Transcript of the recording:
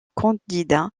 candidat